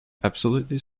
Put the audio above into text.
absolutely